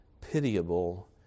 pitiable